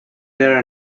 there